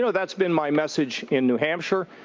so that's been my message in new hampshire.